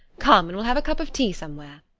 come, and we'll have a cup of tea somewhere.